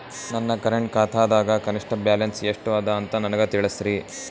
ನನ್ನ ಕರೆಂಟ್ ಖಾತಾದಾಗ ಕನಿಷ್ಠ ಬ್ಯಾಲೆನ್ಸ್ ಎಷ್ಟು ಅದ ಅಂತ ನನಗ ತಿಳಸ್ರಿ